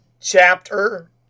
chapter